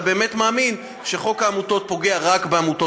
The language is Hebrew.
אם אתה באמת מאמין שחוק העמותות פוגע רק בעמותות